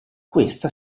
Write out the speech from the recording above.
questa